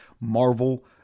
marvel